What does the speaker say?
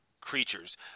creatures